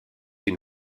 une